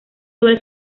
sobre